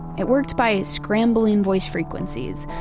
it worked by scrambling voice frequencies,